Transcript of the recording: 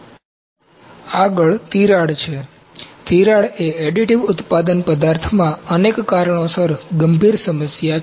આગળ તિરાડ છે તિરાડ એ અડિટીવ ઉત્પાદન પદાર્થમાં અનેક કારણોસર ગંભીર સમસ્યા છે